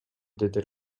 деди